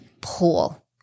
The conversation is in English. pull